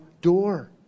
door